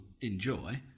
enjoy